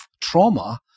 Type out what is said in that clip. trauma